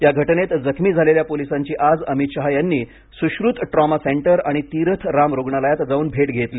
या घटनेत जखमी झालेल्या पोलिसांची आज अमित शहा यांनी सुश्रुत ट्रॉमा सेंटर आणि तीरथ राम रुग्णालयात जाऊन भेट घेतली